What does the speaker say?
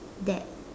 that